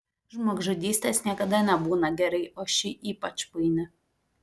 žmogžudystės niekada nebūna gerai o ši ypač paini